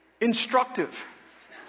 instructive